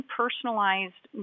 personalized